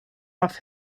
off